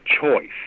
choice